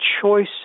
choice